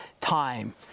time